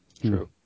True